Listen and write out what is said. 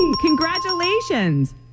Congratulations